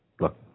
Look